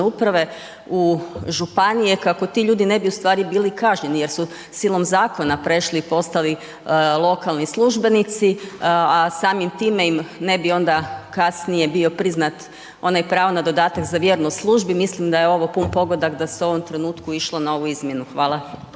uprave u županije kako ti ljudi ne bi ustvari bili kažnjeni jer su silom zakona prešli i postali lokalni službenici, a samim time im ne bi onda kasnije ne bi bio priznat onaj pravo na dodatak za vjernost službi, mislim da je ovo pun pogodak, da se u ovom trenutku išlo na ovu izmjenu. Hvala.